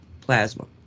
plasma